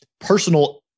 personal